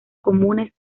comunes